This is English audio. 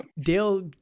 Dale